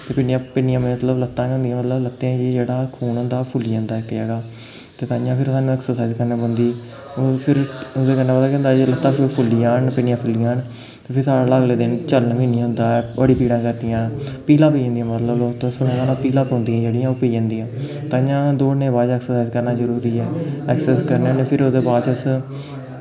ते पिन्नियां पिन्नियां मतलब ल'त्तां गै होंदियां मतलब ल'त्तें च जेह्ड़ा खून होंदा फुल्ली जंदा ऐ इक ज'गा ते तांइयैं फिर सानूं ऐक्सर्साइज करने पौंदी ओह् फिर ओह्दे कन्नै पता केह् होंदा जे ल'त्तां फुल्ली जान पिन्नियां फुल्ली जान ते फिर साढ़े कोला अगले दिन चलन बी निं होंदा ऐ बड़ी पीड़ां करदियां न भिलां पेई जंदियां मतलब लोग तुसें सुने दा होना भिलां पौंदियां जेह्ड़ियां ओह् पेई जंदियां तांइयैं दौड़ने दे बाद ऐक्सर्साइज करना जरूरी ऐ ऐक्सर्साइज करने होन्नें फिर ओह्दे बाद च अस